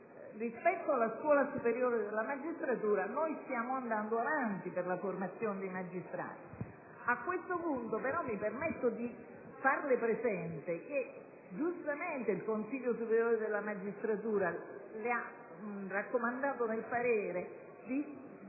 rispetto alla Scuola superiore della magistratura stiamo andando avanti per la formazione dei magistrati. A questo punto, mi permetto di farle presente che, giustamente, il Consiglio superiore della magistratura ha raccomandato nel parere di